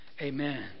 Amen